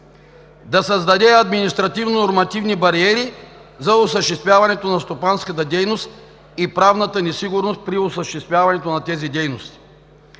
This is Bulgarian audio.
създаде административно-нормативни бариери за осъществяването на стопанската дейност и правна несигурност при осъществяването на тези дейности.